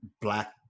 Black